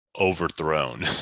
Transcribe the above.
overthrown